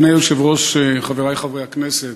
אדוני היושב-ראש, חברי חברי הכנסת,